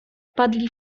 wpadli